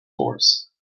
force